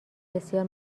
بسیار